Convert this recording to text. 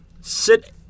sit